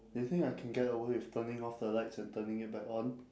you think I can get away with turning off the lights and turning it back on